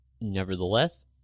Nevertheless